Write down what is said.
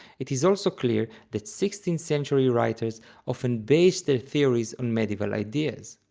it is also clear that sixteenth century writers often based their theories on medieval ideas,